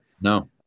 No